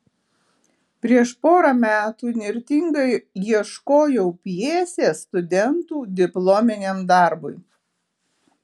prieš porą metų įnirtingai ieškojau pjesės studentų diplominiam darbui